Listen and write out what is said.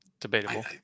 Debatable